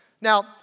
Now